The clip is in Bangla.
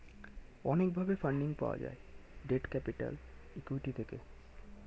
অনেক ভাবে ফান্ডিং পাওয়া যায় ডেট ক্যাপিটাল, ইক্যুইটি থেকে